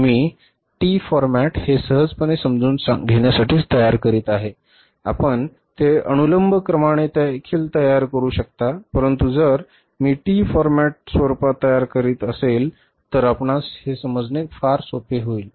मी T Format हे सहजपणे समजून घेण्यासाठी तयार करीत आहे आपण ते अनुलंब क्रमाने देखील तयार करू शकता परंतु जर मी T format स्वरूपात तयार करीत असेल तर आपणास हे समजणे फार सोपे होईल